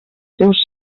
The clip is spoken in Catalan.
seus